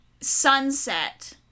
sunset